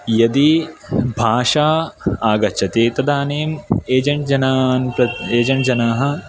यदि भाषा आगच्छति तदानीम् एजेण्ट्जनान् प्र एजेण्ट्जनाः